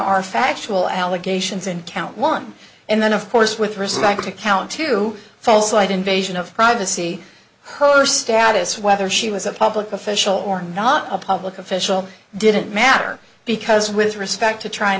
our factual allegations in count one and then of course with respect to count to false i'd invest in of privacy her status whether she was a public official or not a public official didn't matter because with respect to trying